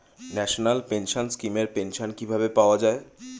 National pension scheme এর pension কিভাবে পাওয়া যায়?